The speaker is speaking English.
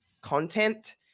content